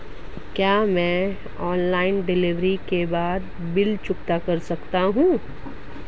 क्या मैं online delivery के भी बिल चुकता कर सकता हूँ?